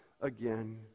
again